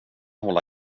hålla